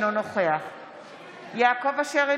אינו נוכח יעקב אשר,